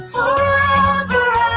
Forever